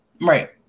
Right